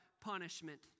punishment